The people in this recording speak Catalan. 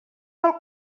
pel